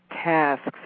tasks